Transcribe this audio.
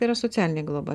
tai yra socialinė globa